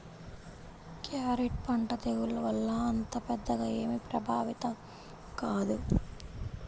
carrot పంట తెగుళ్ల వల్ల అంత పెద్దగా ఏమీ ప్రభావితం కాదు